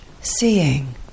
seeing